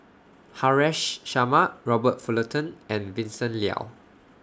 Haresh Sharma Robert Fullerton and Vincent Leow